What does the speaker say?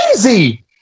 crazy